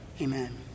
Amen